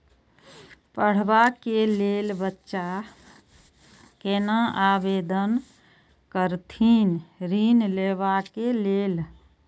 पढ़वा कै लैल बच्चा कैना आवेदन करथिन ऋण लेवा के लेल?